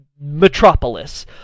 metropolis